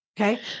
Okay